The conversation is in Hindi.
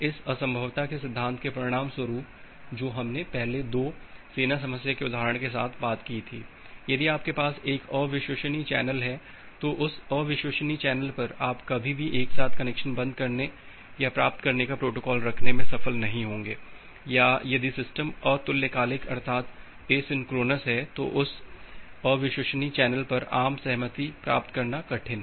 इस असंभवता के सिद्धांत के परिणामस्वरूप जो हमने पहले 2 सेना समस्या के उदाहरण के साथ बात की थी यदि आपके पास एक अविश्वसनीय चैनल है तो उस अविश्वसनीय चैनल पर आप कभी भी एक साथ कनेक्शन बंद करने या प्राप्त करने का प्रोटोकॉल रखने में सफल नहीं होंगे या यदि सिस्टम अतुल्यकालिक अर्थात एसिन्क्रोनॉस है तो इस अविश्वसनीय चैनल पर आम सहमति प्राप्त करना कठिन है